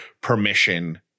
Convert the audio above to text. permission